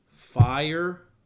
Fire